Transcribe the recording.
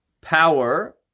power